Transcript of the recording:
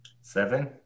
seven